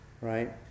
Right